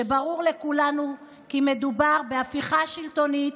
כשברור לכולנו כי מדובר בהפיכה שלטונית,